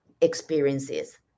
experiences